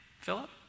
Philip